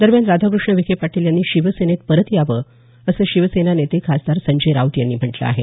दरम्यान राधाकृष्ण विखे पाटील यांनी शिवसेनेत परत यावं असं शिवसेना नेते खासदार संजय राऊत यांनी म्हटलं आहे